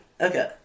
Okay